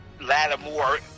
Lattimore